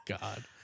God